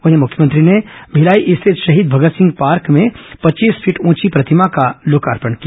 वहीं मुख्यमंत्री ने भिलाई स्थित शहीद भगत सिंह पार्क में पच्चीस फीट ऊंची प्रतिमा का लोकार्पण किया